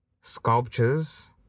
sculptures